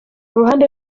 ruhande